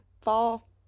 fall